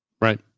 right